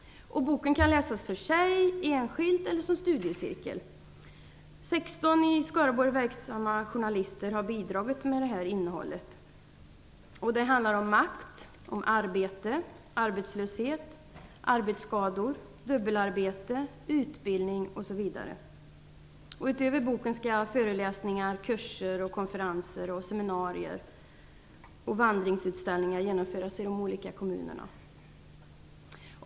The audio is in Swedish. Boken kan läsas för sig, enskilt eller i studiecirkel. 16 i Skaraborg verksamma journalister har bidragit till innehållet i boken. Det handlar om makt, arbete, arbetslöshet, arbetsskador, dubbelarbete, utbildning, osv. Utöver boken skall föreläsningar, kurser, konferenser, seminarier och vandringsutställningar genomföras i de olika kommunerna.